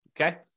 Okay